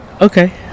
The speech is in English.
okay